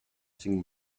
cinc